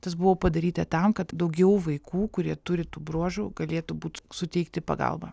tas buvo padaryta tam kad daugiau vaikų kurie turi tų bruožų galėtų būt suteikti pagalbą